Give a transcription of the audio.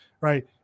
right